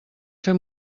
fer